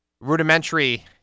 rudimentary